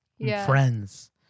friends